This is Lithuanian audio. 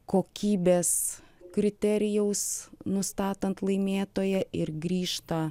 kokybės kriterijaus nustatant laimėtoją ir grįžta